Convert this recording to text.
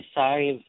sorry